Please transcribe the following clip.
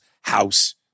house